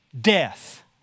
death